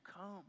come